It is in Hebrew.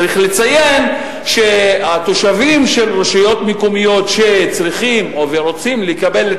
צריך לציין שהתושבים של רשויות מקומיות שצריכים ורוצים לקבל את